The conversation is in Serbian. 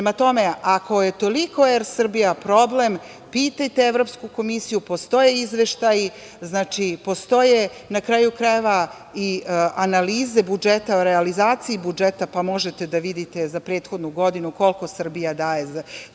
tome, ako je toliko ER Srbija problem, pitajte Evropsku komisiju, postoje izveštaji, postoje, na kraju krajeva, i analize budžeta o realizaciji budžeta, pa možete da vidite za prethodnu godinu koliko budžet Srbije daje ER